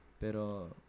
pero